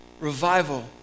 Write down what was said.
revival